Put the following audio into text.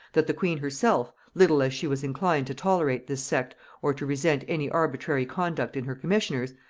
that the queen herself, little as she was inclined to tolerate this sect or to resent any arbitrary conduct in her commissioners,